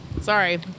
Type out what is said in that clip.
Sorry